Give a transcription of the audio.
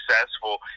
successful